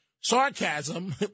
sarcasm